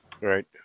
right